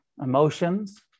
emotions